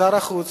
שר החוץ,